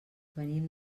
venim